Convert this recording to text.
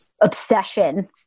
obsession